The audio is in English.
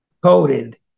coded